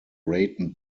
raton